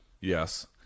yes